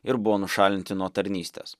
ir buvo nušalinti nuo tarnystės